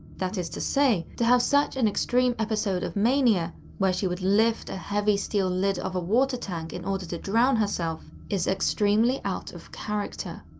that is to say, to have such an extreme episode of mania where she would lift a heavy, steel lid of a water tank in order to drown herself is extremely out of character.